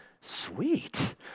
sweet